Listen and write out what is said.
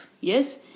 yes